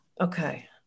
Okay